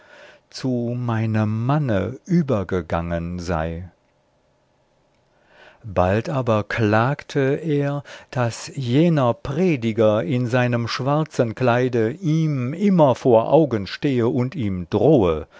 zu meinem manne übergegangen sei bald aber klagte er daß jener prediger in seinem schwarzen kleide ihm immer vor augen stehe und ihm drohe